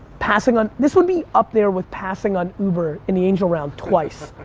passing on this would be up there with passing on uber, in the angel round, twice.